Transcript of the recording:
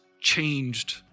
changed